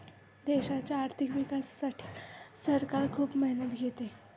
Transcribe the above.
देशाच्या आर्थिक विकासासाठी सरकार खूप मेहनत घेते